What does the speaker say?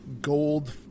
Gold